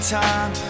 time